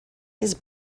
his